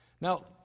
Now